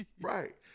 right